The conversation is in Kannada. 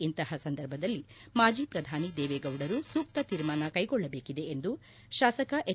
ಇಂತಹ ಸಂದರ್ಭದಲ್ಲಿ ಮಾಜಿ ಪ್ರಧಾನಿ ದೇವೇಗೌಡರು ಸೂಕ್ತ ತೀರ್ಮಾನ ಕೈಗೊಳ್ಳಬೇಕಿದೆ ಎಂದು ಶಾಸಕ ಎಚ್